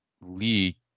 Lee